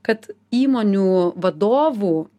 kad įmonių vadovų